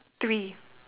three